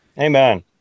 Amen